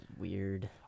Weird